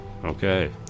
Okay